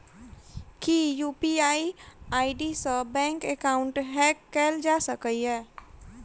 की UPI ID सऽ bank account hack कैल जा सकलिये?